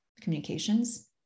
communications